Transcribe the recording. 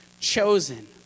Chosen